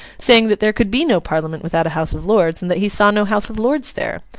saying that there could be no parliament without a house of lords, and that he saw no house of lords there.